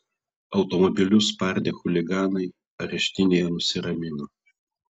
automobilius spardę chuliganai areštinėje nusiramino